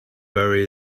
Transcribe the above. bury